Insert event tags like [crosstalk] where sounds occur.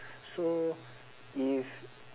[breath] so if